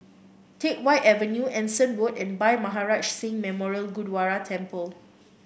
Teck Whye Avenue Anson Road and Bhai Maharaj Singh Memorial Gurdwara Temple